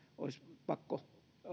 olisi pakko